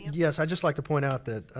yes, i just like to point out that,